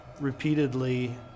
repeatedly